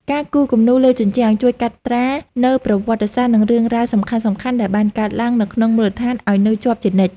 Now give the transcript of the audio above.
ការគូរគំនូរលើជញ្ជាំងជួយកត់ត្រានូវប្រវត្តិសាស្ត្រ និងរឿងរ៉ាវសំខាន់ៗដែលបានកើតឡើងនៅក្នុងមូលដ្ឋានឱ្យនៅជាប់ជានិច្ច។